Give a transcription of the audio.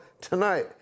tonight